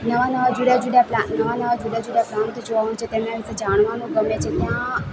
નવા નવા જુદા જુદા પ્લાન્ટ નવા નવા જુદા જુદા પ્લાન્ટ જોવા મળે છે તેના વિશે જાણવાનું ગમે છે ત્યાં